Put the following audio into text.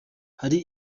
hari